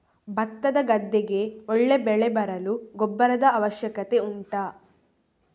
ಭತ್ತದ ಗದ್ದೆಗೆ ಒಳ್ಳೆ ಬೆಳೆ ಬರಲು ಗೊಬ್ಬರದ ಅವಶ್ಯಕತೆ ಉಂಟಾ